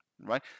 right